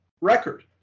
record